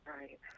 Right